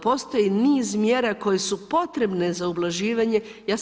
Postoji niz mjera koje su potrebne za ublažavanje.